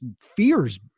fears